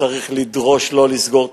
צריך לדרוש לא לסגור תיקים,